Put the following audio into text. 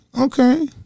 Okay